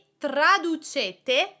traducete